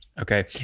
Okay